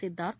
Siddharth